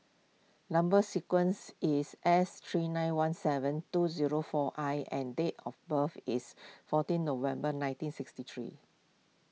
Number Sequence is S three nine one seven two zero four I and date of birth is fourteen November nineteen sixty three